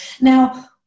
Now